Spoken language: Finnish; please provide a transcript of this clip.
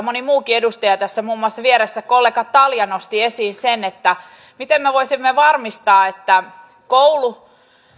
moni muukin edustaja muun muassa vieressä kollega talja nosti esiin sen että miten me voisimme varmistaa että koulu